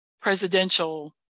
presidential